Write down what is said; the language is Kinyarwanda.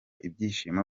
ibyishimo